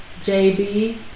JB